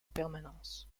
permanence